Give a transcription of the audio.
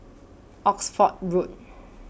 Oxford Road